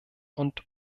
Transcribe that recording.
und